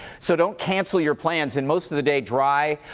so don't cancel your plans. and most of the day dry,